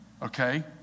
okay